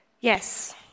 Yes